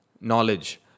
knowledge